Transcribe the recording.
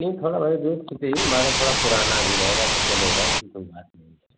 नहीं थोड़ा भाई की चाहिए माडल थोड़ा पुराना भी रहेगा तो चलेगा ऐसी कोई बात नहीं है